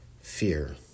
fear